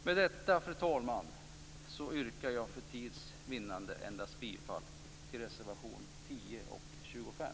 Med detta, fru talman, yrkar jag för tids vinnande endast bifall till reservationerna 10 och 25.